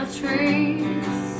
trees